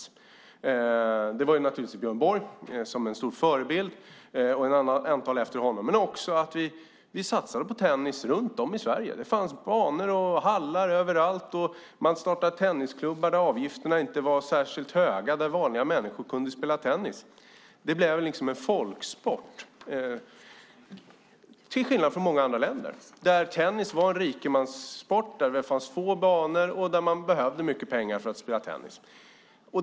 En anledning var naturligtvis att Björn Borg och flera efter honom var stora förebilder. Vi satsade på tennis runt om i Sverige. Det fanns banor och hallar överallt. Man startade tennisklubbar där avgifterna inte var särskilt höga och där vanliga människor kunde spela tennis. Det blev en folksport till skillnad från i andra länder där tennis var en rikemanssport, det fanns få banor och man måste ha mycket pengar för att kunna spela tennis.